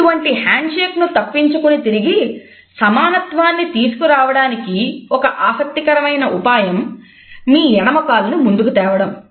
ఇటువంటి హ్యాండ్షేక్ను తప్పించుకుని తిరిగి సమానత్వాన్ని తీసుకునిరావడానికి ఒక ఆసక్తికరమైన ఉపాయం మీ ఎడమకాలును ముందుకు తేవడం